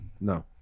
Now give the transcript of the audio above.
No